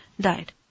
died